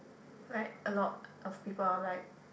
like a lot of people are like